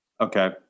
Okay